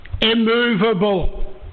immovable